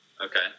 okay